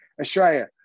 Australia